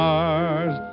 Mars